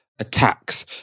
attacks